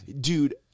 Dude